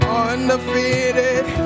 undefeated